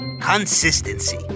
Consistency